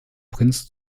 prinz